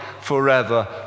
forever